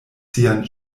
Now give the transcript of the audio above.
sian